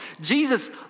Jesus